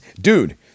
dude